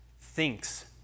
thinks